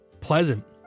Pleasant